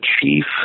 chief